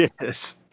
Yes